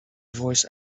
voice